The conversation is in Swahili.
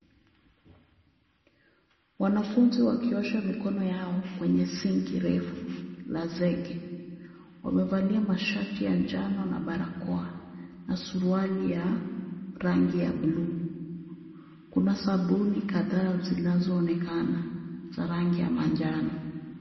Wanafunzi wakiosha mikono yao kwenye sinki refu la zege. Wamevalia mashati ya njano na barakoa na suruali ya rangi ya blue . Kuna sabuni kadhaa zinazoonekana za rangi ya manjano.